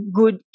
good